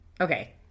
okay